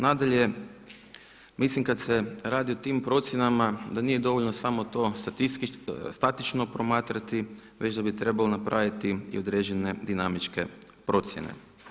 Nadalje, mislim kada se radi o tim procjenama da nije dovoljno samo to statično promatrati već da bi trebalo napraviti i određene dinamičke procjene.